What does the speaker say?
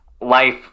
life